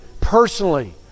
personally